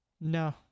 No